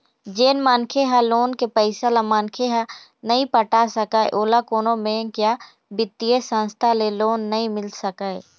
जेन मनखे ह लोन के पइसा ल मनखे ह नइ पटा सकय ओला कोनो बेंक या बित्तीय संस्था ले लोन नइ मिल सकय